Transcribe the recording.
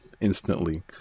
instantly